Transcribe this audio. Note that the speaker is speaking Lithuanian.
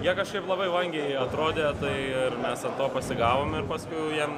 jie kažkaip labai vangiai atrodė tai ir mes ant to pasigavom ir paskui jiem